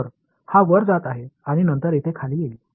तर हा वर जात आहे आणि नंतर येथे खाली येईल